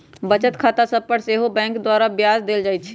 बचत खता सभ पर सेहो बैंक द्वारा ब्याज देल जाइ छइ